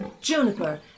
Juniper